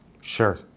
sure